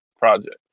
project